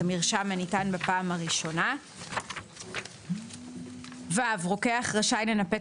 כמרשם הניתן בפעם הראשונה; (ו) רוקח רשאי לנפק